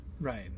right